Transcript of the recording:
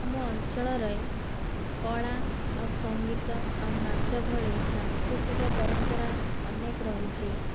ଆମ ଅଞ୍ଚଳରେ କଳା ଆଉ ସଙ୍ଗୀତ ଆଉ ନାଚ ଭଳି ସାଂସ୍କୃତିକ ପରମ୍ପରା ଅନେକ ରହିଛି